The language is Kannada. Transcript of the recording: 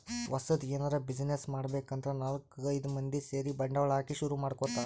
ಹೊಸದ್ ಎನರೆ ಬ್ಯುಸಿನೆಸ್ ಮಾಡ್ಬೇಕ್ ಅಂದ್ರ ನಾಲ್ಕ್ ಐದ್ ಮಂದಿ ಸೇರಿ ಬಂಡವಾಳ ಹಾಕಿ ಶುರು ಮಾಡ್ಕೊತಾರ್